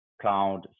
cloud